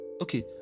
okay